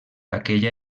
aquella